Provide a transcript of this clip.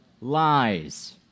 lies